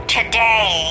Today